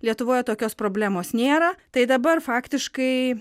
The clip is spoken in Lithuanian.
lietuvoje tokios problemos nėra tai dabar faktiškai